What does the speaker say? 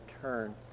turn